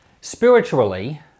Spiritually